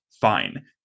Fine